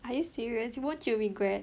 are you serious won't you regret